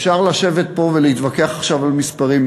אפשר לשבת פה ולהתווכח עכשיו על מספרים,